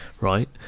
right